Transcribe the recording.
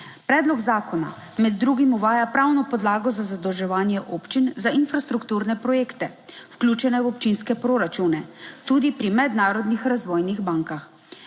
Predlog zakona med drugim uvaja pravno podlago za zadolževanje občin za infrastrukturne projekte, vključene v občinske proračune tudi pri mednarodnih razvojnih bankah.